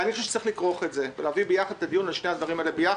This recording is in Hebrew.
ואני חושב שצריך לכרוך את זה ולהביא את הדיון על שני הדברים האלה ביחד,